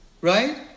right